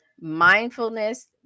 mindfulness